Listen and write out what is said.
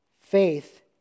faith